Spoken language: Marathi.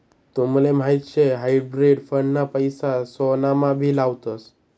तुमले माहीत शे हायब्रिड फंड ना पैसा सोनामा भी लावतस